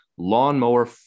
Lawnmower